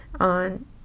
on